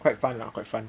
quite fun lah quite fun